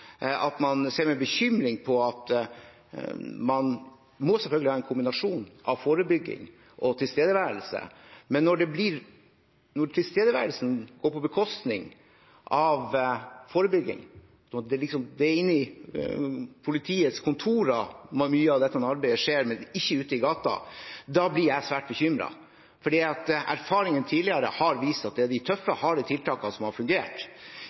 at man ser med bekymring på at forebyggingen går på bekostning av tilstedeværelsen, at det er på politiets kontorer mye av dette arbeidet skjer, og ikke ute på gaten, blir jeg svært bekymret. Erfaringene fra tidligere har vist at det er de tøffe, harde tiltakene som har fungert.